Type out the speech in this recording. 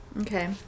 okay